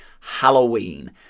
Halloween